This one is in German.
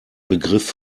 begriff